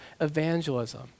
evangelism